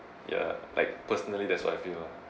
ya like personally that's what I feel lah